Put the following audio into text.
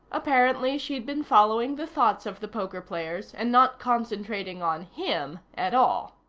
apparently she'd been following the thoughts of the poker players, and not concentrating on him at all.